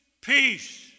peace